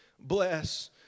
bless